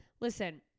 Listen